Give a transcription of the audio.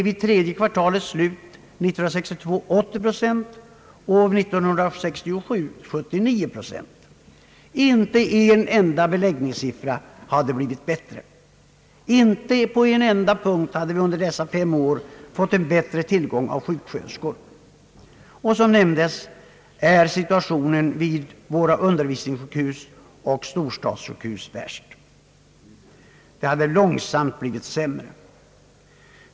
Vid tredje kvartalets slut 1962 var 80 procent av platserna belagda mot 79 procent vid motsvarande tid 1967. Inte en enda beläggningssiffra hade blivit bättre! Inte på en enda punkt hade vi under dessa fem år fått relativt bättre tillgång till sjuksköterskor. Som nämnts är situationen värst vid våra undervisningssjukhus och storstadssjukhus. Där har det långsamt blivit sämre.